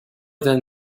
than